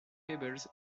fables